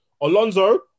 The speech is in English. Alonso